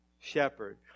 shepherd